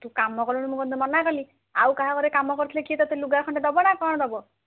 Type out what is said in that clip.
ତୁ କାମ କଲୁନି ମୁଁ କ'ଣ ତତେ ମନାକଲି ଆଉ କାହା ଘରେ କାମ କରିଥିଲେ କିଏ ତତେ ଲୁଗା ଖଣ୍ଡେ ଦବ ନା କ'ଣ ଦବ